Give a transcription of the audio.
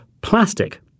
plastic